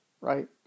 right